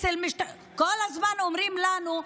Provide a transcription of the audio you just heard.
כל הזמן אומרים לנו: